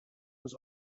was